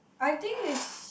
I think is